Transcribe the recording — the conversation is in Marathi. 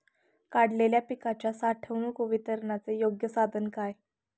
काढलेल्या पिकाच्या साठवणूक व वितरणाचे योग्य साधन काय?